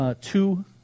two